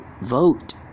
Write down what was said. Vote